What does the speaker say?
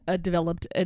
developed